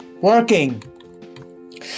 Working